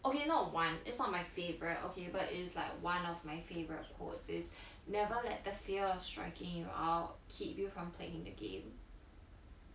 okay not one it's not my favourite okay but is like one of my favourite quote is never let the fear of striking out keep you from playing the game